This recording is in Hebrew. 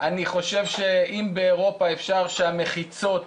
אני חושב שאם באירופה אפשר שהמחיצות,